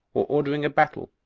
or ordering a battle,